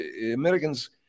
Americans